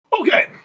Okay